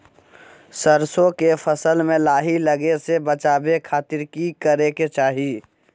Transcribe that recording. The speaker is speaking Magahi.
सरसों के फसल में लाही लगे से बचावे खातिर की करे के चाही?